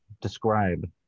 describe